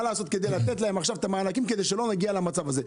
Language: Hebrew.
מה לעשות כדי לתת להם עכשיו את המענקים כדי שלא נגיע למצב הזה.